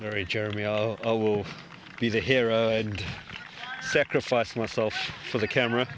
jeremy will be the hero and sacrifice myself for the camera